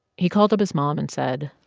he called up his mom and said.